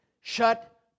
Shut